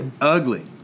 Ugly